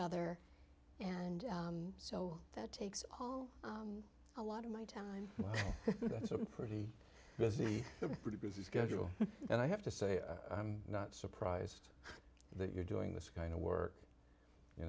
other and so that takes all a lot of my time so i'm pretty busy pretty busy schedule and i have to say i'm not surprised that you're doing this kind of work you